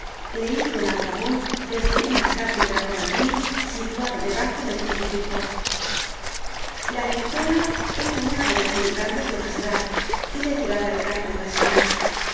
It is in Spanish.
leido en alta voz desde una cátedra con atril situada debajo del crucifijo la lectora era una de las educandas de mas edad y le duraba el cargo una semana